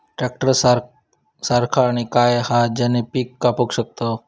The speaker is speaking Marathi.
ट्रॅक्टर सारखा आणि काय हा ज्याने पीका कापू शकताव?